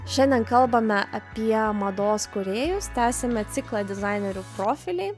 šiandien kalbame apie mados kūrėjus tęsiame ciklą dizainerių profiliai